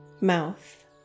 mouth